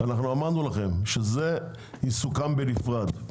אנחנו אמרנו לכם שזה יסוכם בנפרד.